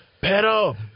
Pero